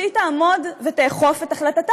שהיא תעמוד ותאכוף את החלטתה,